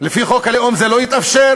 לפי חוק הלאום זה לא יתאפשר.